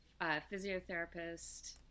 physiotherapist